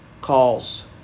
calls